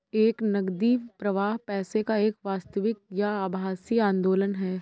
एक नकदी प्रवाह पैसे का एक वास्तविक या आभासी आंदोलन है